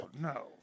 no